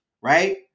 right